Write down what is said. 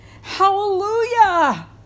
Hallelujah